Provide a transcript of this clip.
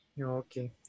Okay